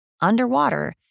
underwater